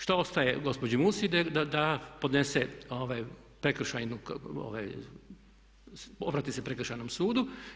Šta ostaje gospođi Musi nego da podnese prekršajnu, obrati se Prekršajnom sudu.